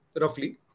roughly